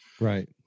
Right